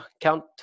count